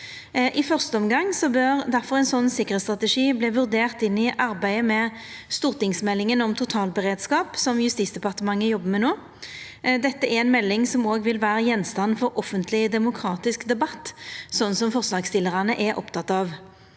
I første omgang bør difor ein sånn sikkerheitsstrategi verta vurdert i arbeidet med stortingsmeldinga om totalberedskap, som Justisdepartementet jobbar med no. Dette er ei melding som òg vil verta gjenstand for offentleg demokratisk debatt, som forslagsstillarane er opptekne av.